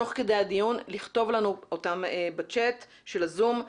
תוך כדי הדיון לכתוב לנו אותן בצ'ט של הזום.